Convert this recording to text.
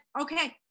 okay